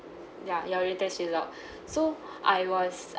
ya your urine test result so I was